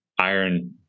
iron